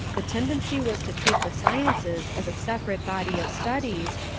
the tendency was to treat the sciences as a separate body of studies,